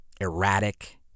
erratic